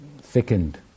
thickened